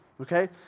Okay